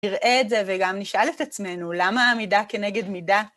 נראה את זה וגם נשאל את עצמנו, למה המידה כנגד מידה?